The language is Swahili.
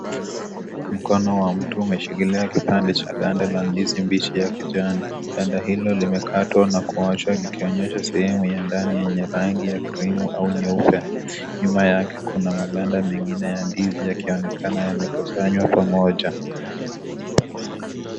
Mkono wa mtu umeshikilia kipande cha ganda la ndizi mbichi ya kijani. Ganda hili ambalo limekatwa na kuachwa likionyesha sehemu ya ndani yenye rangi krimu au nyeupe. Nyuma yake kuna maganda mengine ya ndizi yakionekana yamekusanywa pamoja.